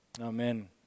Amen